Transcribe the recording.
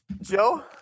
Joe